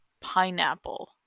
pineapple